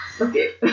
Okay